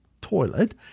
toilet